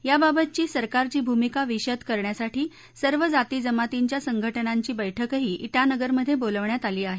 याबाबतची सरकारची भूमिका विशद करण्यासाठी सर्व जाती जमीतींच्या संघ जिंची बैठकही इतिनरमध्ये बोलावण्यात आली आहे